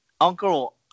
uncle